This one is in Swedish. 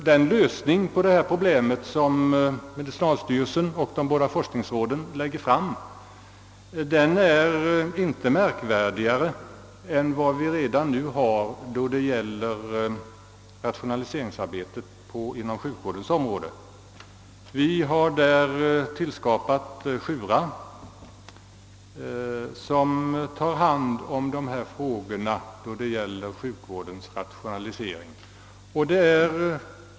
Den lösning av problemet som medicinalstyrelsen och de båda forskningsråden föreslår är inte märkvärdigare än den anordning som redan skapats för rationaliseringsarbetet inom sjukvården genom SJURA, som tar hand om frågor beträffande sjukvårdens rationalisering.